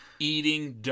Eating